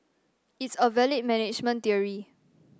it's a valid management theory